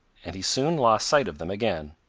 and he soon lost sight of them again.